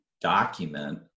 document